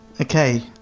Okay